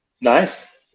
nice